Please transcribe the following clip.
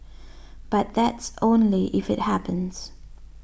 but that's only if it happens